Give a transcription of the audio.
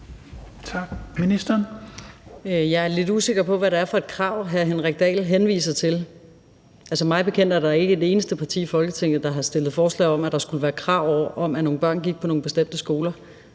Jeg er lidt usikker på, hvad det er for et krav, hr. Henrik Dahl henviser til. Altså, mig bekendt er der ikke et eneste parti i Folketinget, der har fremsat forslag om, at der skulle være krav om, at nogle børn gik på nogle bestemte skoler.